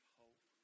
hope